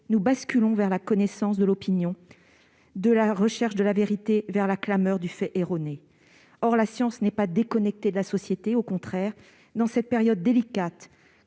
nous basculons de la connaissance vers l'opinion, de la recherche de la vérité vers la clameur du fait erroné. Or la science n'est pas déconnectée de la société. Au contraire, dans cette période délicate,